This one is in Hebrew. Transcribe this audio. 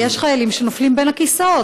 ויש חיילים שנופלים בין הכיסאות.